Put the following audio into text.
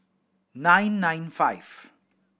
nine nine five